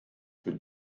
für